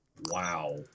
Wow